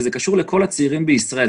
וזה קשור לכל הצעירים בישראל.